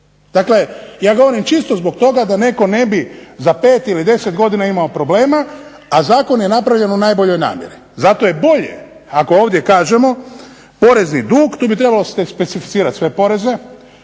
Dakle, ja govorim čisto zbog toga da netko ne bi za 5 ili 10 godina imao problema, a zakon je napravljen u najboljoj namjeri. Zato je bolje ako ovdje kažemo porezni dug to bi trebalo specificirati sve poreze,